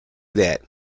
that